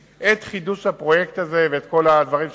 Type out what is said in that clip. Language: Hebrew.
עם כניסתי לתפקיד וידאתי את חידוש הפרויקט הזה ואת כל הדברים שנדרשו.